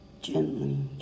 gently